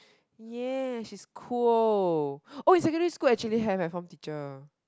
yes she's cool oh in secondary school actually have my form teacher